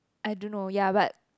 I don't know ya but